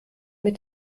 mit